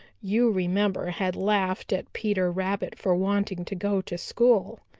you remember, had laughed at peter rabbit for wanting to go to school.